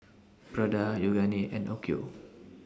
Prada Yoogane and Onkyo